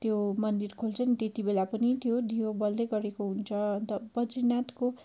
त्यो मन्दिर खुल्छ नि त्यत्ति बेला पनि त्यो दियो बल्दैगरेको हुन्छ अन्त बद्रीनाथको